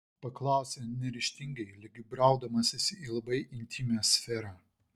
paklausė neryžtingai lyg braudamasis į labai intymią sferą